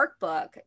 workbook